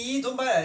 mm